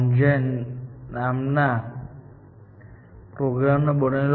અને DENDRAL CONGEN નામના program નો બનેલો હતો